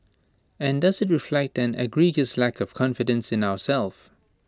and does IT reflect an egregious lack of confidence in ourselves